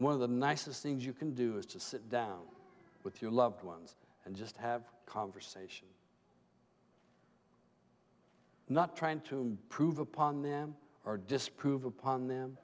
one of the nicest things you can do is to sit down with your loved ones and just have a conversation not trying to improve upon them or disprove upon them